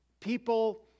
people